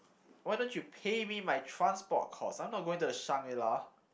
why don't you pay me by transport cost I'm not going to the Shangri-La